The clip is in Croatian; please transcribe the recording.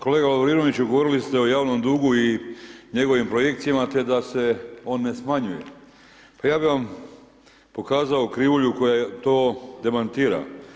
Kolega Lovrinoviću govorili ste o javnom dugu i njegovim projekcijama te da se on ne smanjuje, pa ja bi vam pokazao krivulju koja to demantira.